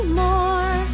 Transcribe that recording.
more